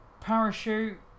parachute